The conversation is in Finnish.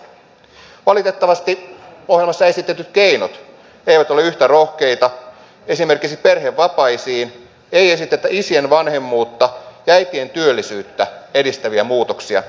valitettavasti ohjelmassa esitetyt keinot eivät ole yhtä rohkeita esimerkiksi perhevapaisiin ei esitetä isien vanhemmuutta ja äitien työllisyyttä edistäviä muutoksia